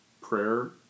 prayer